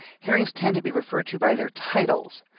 hearings tend to be referred to by their titles,